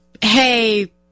hey